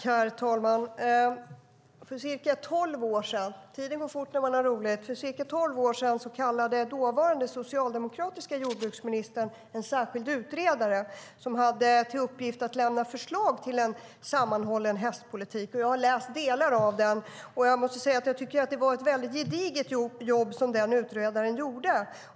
Herr talman! För cirka tolv år sedan - tiden går fort när man har roligt - kallade den dåvarande socialdemokratiska jordbruksministern en särskild utredare som hade till uppgift att lämna förslag till en sammanhållen hästpolitik. Jag har läst delar av utredningen, och jag måste säga att det var ett gediget jobb som den utredaren gjorde.